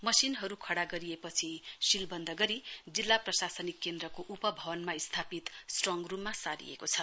मशिनहरू खड़ा गरिएपछि शीलबन्द गरी जिल्ला प्रशासनिक केन्द्रको उप भवनमा स्थापित स्ट्रङ रूममा सारिएको छ